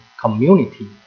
community